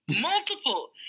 multiple